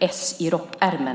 ess i rockärmen.